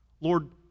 Lord